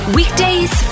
Weekdays